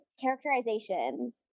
Characterization